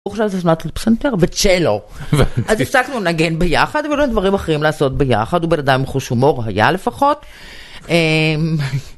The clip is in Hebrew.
פסנתר וצלו. הפסקנו לנגן ביחד. אבל היו דברים אחרים לעשות ביחד. הוא בן אדם עם חוש הומו.ר היה לפחות.